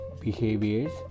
behaviors